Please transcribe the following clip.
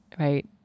Right